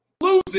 losing